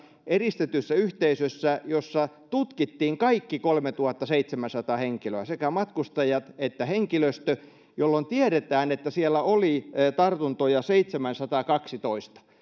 eristetyssä yhteisössä tutkittiin kaikki kolmetuhattaseitsemänsataa henkilöä sekä matkustajat että henkilöstö jolloin tiedetään että siellä oli tartuntoja seitsemänsataakaksitoista